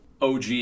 OG